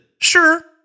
Sure